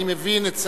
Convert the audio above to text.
אני מבין את הסערה,